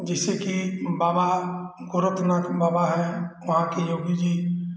जैसे की बाबा गोरखनाथ बाबा है वहाँ के योगी जी